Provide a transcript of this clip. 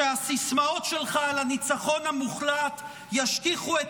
שהסיסמאות שלך על הניצחון המוחלט ישכיחו את